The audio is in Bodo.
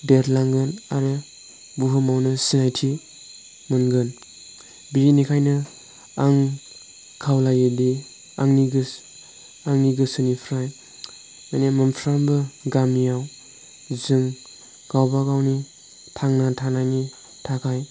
देरलांगोन आरो बुहुमावनो सिनायथि मोनगोन बेनिखायनो आं खावलायोदि आंनि गोसोनिफ्राय माने मोनफ्रोमबो गामियाव जों गावबा गावनि थांनानै थानायनि थाखाय